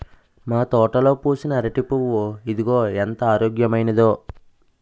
మా తోటలో పూసిన అరిటి పువ్వు ఇదిగో ఎంత ఆరోగ్యమైనదో